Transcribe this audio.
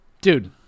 Dude